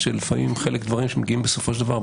לפעמים אלה דברים שבסופו של דבר מגיעים